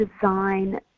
design